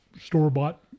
store-bought